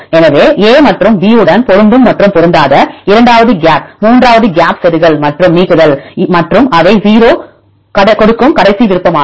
எனவே a மற்றும் b உடன் பொருத்தம் மற்றும் பொருந்தாதது இரண்டாவதாக கேப் மூன்றாவது கேப் செருகல் மற்றும் நீக்குதல் மற்றும் அவை 0 கொடுக்கும் கடைசி விருப்பமாகும்